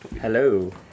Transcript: hello